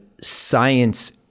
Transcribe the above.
science